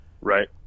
Right